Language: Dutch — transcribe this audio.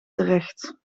terecht